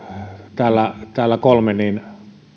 täällä täällä